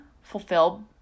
fulfilled